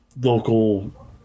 local